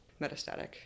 metastatic